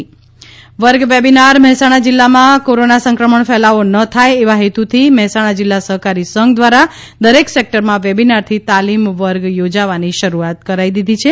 વર્ગ વેબીનાર વર્ગ વેબીનાર મહેસાણા જિલ્લામાં કોરોના સંક્રમણ ફેલાવો ન થાય એવા હેતુથી મહેસાણા જિલ્લા સહકારી સંધ દ્રારા દરેક સેકટરમાં વેબિનારથી તાલીમ વર્ગ યોજવાની શરૂઆત કરી દીધી છે